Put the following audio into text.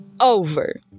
over